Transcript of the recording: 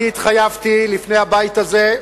אני התחייבתי לפני הבית הזה,